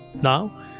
now